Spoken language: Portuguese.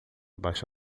baixa